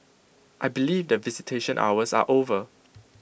I believe that visitation hours are over